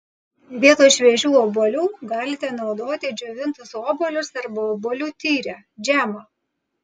vietoj šviežių obuolių galite naudoti džiovintus obuolius arba obuolių tyrę džemą